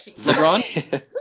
LeBron